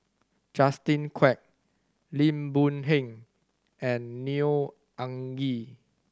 Justin Quek Lim Boon Heng and Neo Anngee